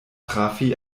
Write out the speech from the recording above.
trafi